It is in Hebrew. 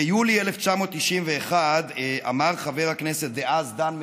ביולי 1991 אמר חבר הכנסת דאז דן מרידור,